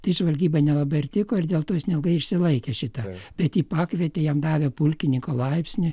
tai žvalgyba nelabai ir tiko ir dėl to jis neilgai išsilaikė šitą bet jį pakvietė jam davė pulkininko laipsnį